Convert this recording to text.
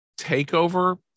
takeover